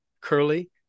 curly